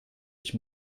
ich